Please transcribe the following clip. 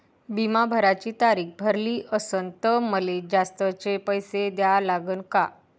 बिमा भराची तारीख भरली असनं त मले जास्तचे पैसे द्या लागन का?